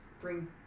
bring